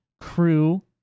crew